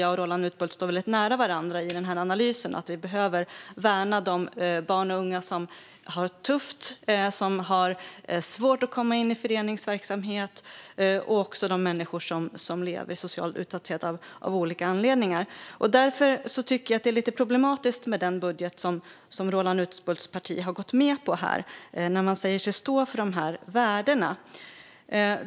Jag och Roland Utbult står väldigt nära varandra i analysen om att vi behöver värna de barn och unga som har det tufft och svårt att komma in i föreningsverksamhet och även värna de människor som lever i social utsatthet av olika anledningar. Jag tycker att det är lite problematiskt med den budget som Roland Utbults parti har ställt sig bakom när man säger sig stå för dessa värden.